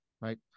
right